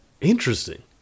Interesting